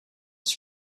his